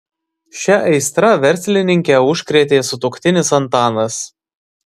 šia aistra verslininkę užkrėtė sutuoktinis antanas